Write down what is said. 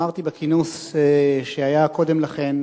בכינוס שהיה קודם לכן